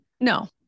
no